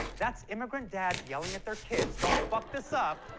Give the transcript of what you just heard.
that's immigrant dads yelling at their kids, don't fuck this up.